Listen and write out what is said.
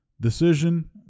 decision